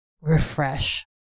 refresh